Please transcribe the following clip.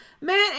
Man